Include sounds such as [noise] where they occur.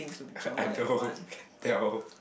[laughs] I know can tell